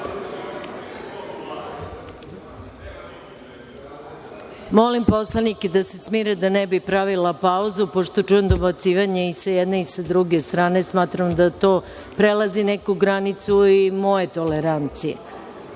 vi? Molim poslanike da se smire, da ne bi pravila pauzu pošto čujem dobacivanje i sa jedne i sa druge strane. Smatram da to prelazi neku granicu i moje tolerancije.